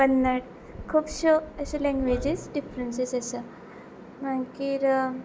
कन्नड खुबश्यो अश्यो languages differences आसा मागीर